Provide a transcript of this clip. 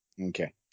Okay